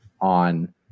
on